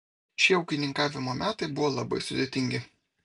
šie ūkininkavimo metai buvo labai sudėtingi